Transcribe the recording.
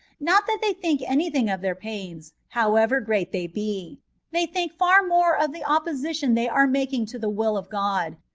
not that they think any thing of their pains, however great they be they think far more of the opposition they are making to the will of god,